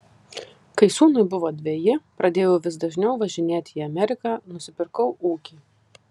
kai sūnui buvo dveji pradėjau vis dažniau važinėti į ameriką nusipirkau ūkį